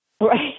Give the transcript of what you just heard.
Right